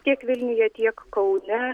tiek vilniuje tiek kaune